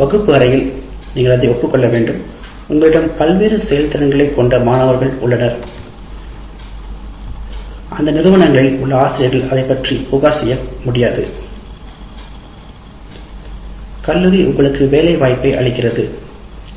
வகுப்பு அறையில் நீங்கள் அதை ஒப்புக் கொள்ள வேண்டும் உங்களிடம் பல்வேறு செயல் திறன்கள் கொண்ட மாணவர்கள் உள்ளனர் அந்த நிறுவனங்களில் உள்ள ஆசிரியர்கள் அதைப் பற்றி புகார் செய்யக்கூட முடியாது கல்லூரி உங்களுக்கு வேலைவாய்ப்பு அளிக்கிறது